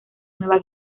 nueva